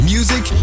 Music